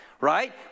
right